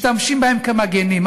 משתמשים בהם כמגינים.